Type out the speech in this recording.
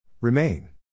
Remain